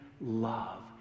love